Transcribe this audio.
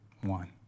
One